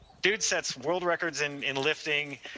dude, sets world records in in lifting.